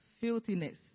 filthiness